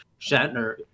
Shatner